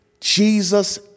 Jesus